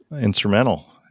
instrumental